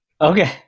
Okay